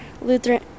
Lutheran